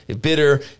bitter